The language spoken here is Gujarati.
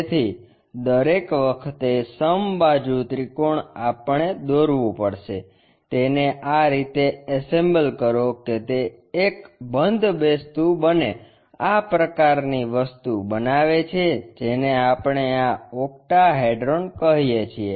તેથી દરેક વખતે સમબાજુ ત્રિકોણ આપણે દોરવું પડશે તેને આ રીતે એસેમ્બલ કરો કે તે એક બંધ વસ્તુ બને આ પ્રકારની વસ્તુ બનાવે છે જેને આપણે આ ઓક્ટાહેડ્રોન કહીએ છીએ